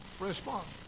Respond